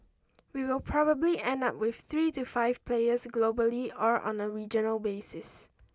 we will probably end up with three to five players globally or on a regional basis